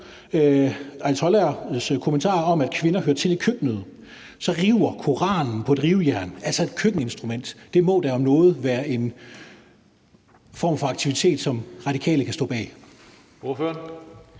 ayatollahers kommentarer om, at kvinder hører til i køkkenet, river Koranen på et rivejern, altså et køkkeninstrument? Det må da om noget være en form for aktivitet, som Radikale kan stå bag.